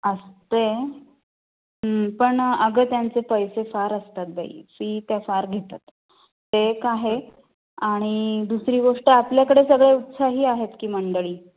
असते पण अगं त्यांचे पैसे फार असतात बाई फी त्या फार घेतात ते एक आहे आणि दुसरी गोष्ट आपल्याकडे सगळ्या उत्साही आहेत की मंडळी